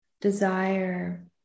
desire